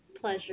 pleasure